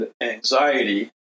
anxiety